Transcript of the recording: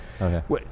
okay